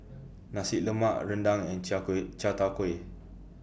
Nasi Lemak Rendang and Chai Kuay Chai Tow Kuay